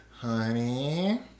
Honey